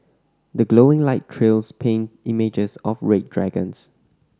the glowing light trails paint images of red dragons